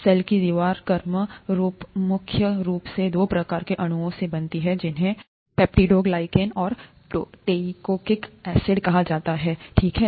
cell की दीवार केमें रूपमुख्य रूप से दो प्रकार के अणुओं से बना होता है जिन्हें पेप्टिडोग्लाइकेन और टेइकोइक एसिड कहा जाता है ठीक है